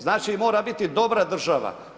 Znači mora biti dobra država.